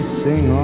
sing